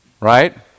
right